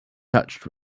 touched